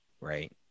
Right